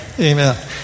Amen